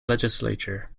legislature